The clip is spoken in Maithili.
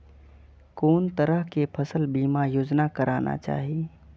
कोन तरह के फसल बीमा योजना कराना चाही?